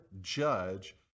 judge